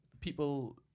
people